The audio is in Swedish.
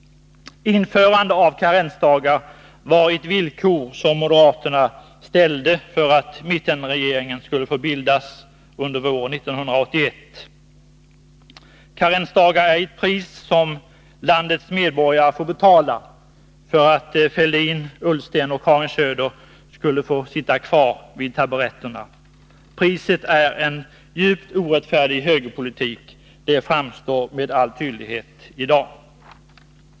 Införande av karensdagar var ett villkor som moderaterna ställde för att mittenregeringen skulle få bildas på våren 1981. Karensdagar är ett pris som landets medborgare får betala för att Thorbjörn Fälldin, Ola Ullsten och Karin Söder skulle få sitta kvar på taburetterna. Priset är en djupt orättfärdig högerpolitik — det framstår med all tydlighet i dag.